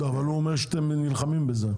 אבל הוא אומר שאתם נלחמים בזה.